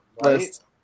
List